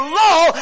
law